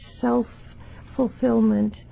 self-fulfillment